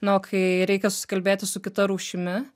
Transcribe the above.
na o kai reikia susikalbėti su kita rūšimi